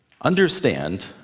Understand